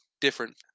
different